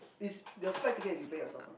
is the flight ticket is you pay yourself one ah